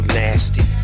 nasty